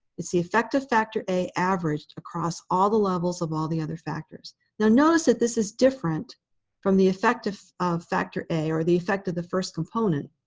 it's the effect of factor a averaged across all the levels of all the other factors. now, notice that this is different from the effect of of factor a or the effect of the first component